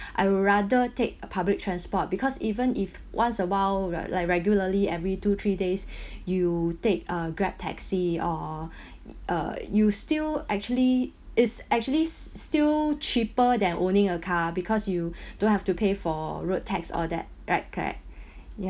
I would rather take a public transport because even if once awhile right like regularly every two three days you take a grab taxi or uh you still actually it's actually s~ still cheaper than owning a car because you don't have to pay for road tax all that right correct